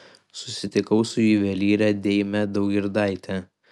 susitikau su juvelyre deime daugirdaite